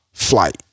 flight